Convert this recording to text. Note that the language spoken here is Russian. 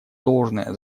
должное